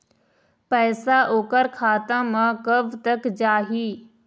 पैसा ओकर खाता म कब तक जाही?